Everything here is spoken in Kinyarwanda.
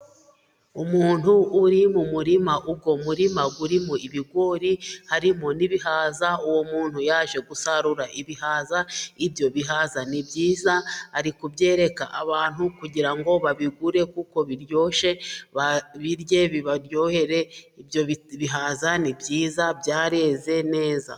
Umuntu uri mu murima. Uwo murima urimo ibigori. Harimo n'ibihaza. Uwo muntu yaje gusarura ibihaza, ibyo bihaza ni byiza ari kubyereka abantu kugira ngo babigure, kuko biryoshye babirye, bibaryohere ibyo bihaza ni byiza byareze neza.